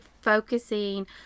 focusing